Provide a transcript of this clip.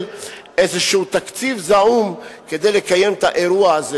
איזה תקציב זעום כדי לקיים את האירוע הזה?